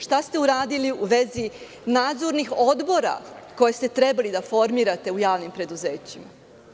Šta ste uradili u vezi nadzornih odbora koje ste trebali da formirate u javnim preduzećima?